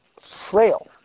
frail